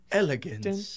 elegance